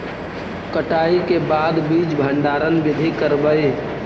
कटाई के बाद बीज भंडारन बीधी करबय?